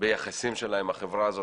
ביחסים שלה עם החברה הזאת,